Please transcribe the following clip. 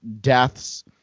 deaths